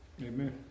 Amen